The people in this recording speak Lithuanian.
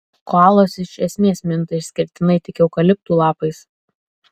koalos iš esmės minta išskirtinai tik eukaliptų lapais